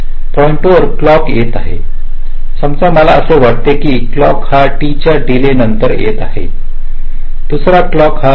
पॉईंटवर क्लॉकयेत आहे समजा मला असे वाटते की क्लॉक हा T च्या डिलेनंतर येत आहे दुसरा क्लॉक हा 0